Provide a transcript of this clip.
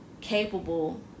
capable